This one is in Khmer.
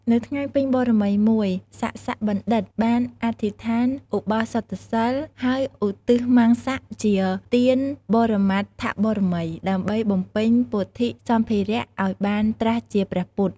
នៅថ្ងៃពេញបរមីមួយ សសបណ្ឌិត បានអធិដ្ឋានឧបោសថសីល ហើយឧទ្ទិសមំសៈជាទានបរមត្ថបារមី ដើម្បីបំពេញពោធិ៍សម្ភារឲ្យបានត្រាស់ជាព្រះពុទ្ធ។